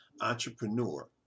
entrepreneur